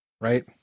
right